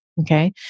okay